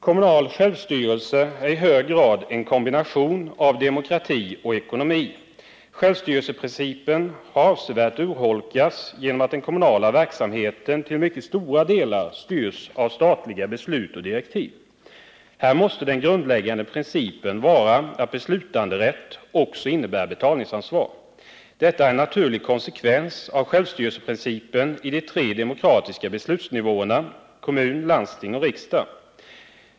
Kommunal självstyrelse är i hög grad en kombination av demokrati och ekonomi. Självstyrelseprincipen har avsevärt urholkats genom att den kommunala verksamheten till mycket stora delar styrs av statliga beslut och direktiv. Här måste den grundläggande principen vara att beslutanderätt också innebär betalningsansvar. Detta är en naturlig konsekvens av självstyrelseprincipen på de tre demokratiska beslutsnivåerna — kommun, landsting och riksdag.